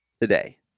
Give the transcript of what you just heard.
today